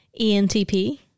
ENTP